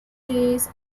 days